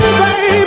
baby